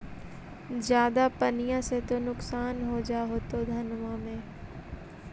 ज्यादा पनिया से तो नुक्सान हो जा होतो धनमा में?